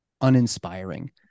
uninspiring